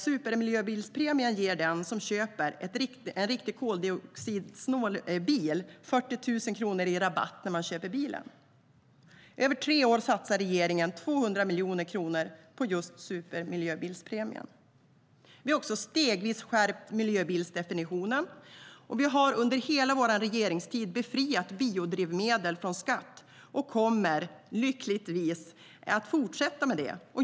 Supermiljöbilspremien ger den som köper en riktigt koldioxidsnål bil 40 000 kronor i rabatt när man köper bilen. Över tre år satsar regeringen 200 miljoner kronor på just supermiljöbilspremien.